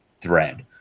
thread